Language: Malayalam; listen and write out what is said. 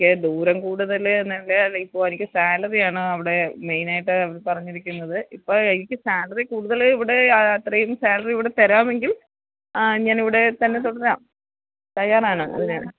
എനിക്ക് ദൂരം കൂടുതല് എന്നാല് അല്ലെങ്കില് ഇപ്പോള് എനിക്ക് സാലറി ആണ് അവിടെ മെയിനായിട്ട് പറഞ്ഞിരിക്കുന്നത് ഇപ്പോള് എനിക്ക് സാലറി കൂടുതല് ഇവിടെ അത്രയും സാലറി ഇവിടെ തരാമെങ്കില് ഞാനിവിടെ തന്നെ തുടരാന് തയ്യാറാണ് അതിന്